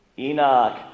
Enoch